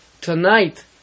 tonight